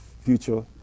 future